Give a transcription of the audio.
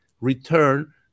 return